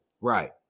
Right